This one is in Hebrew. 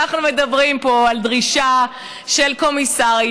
אנחנו מדברים פה על דרישה של קומיסרית,